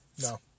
no